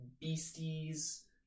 beasties